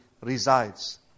resides